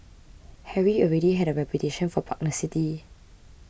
Harry already had a reputation for pugnacity